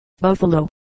buffalo